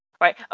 Right